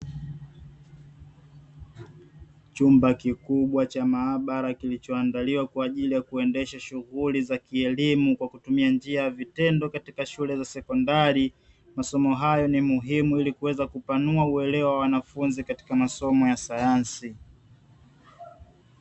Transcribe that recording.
Chumba kikubwa cha maabara kilichoandaliwa kwa ajili ya kuendesha shughuli za kielimu kwa kutumia njia ya vitendo katika shule za sekondari. Masomo haya ni muhimu ili kuweza kupanua uelewa wa wanafunzi katika masomo ya sayansi.